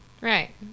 Right